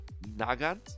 Nagant